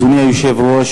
אדוני היושב-ראש,